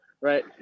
Right